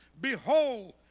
Behold